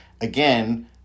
again